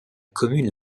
commune